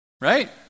Right